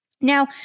Now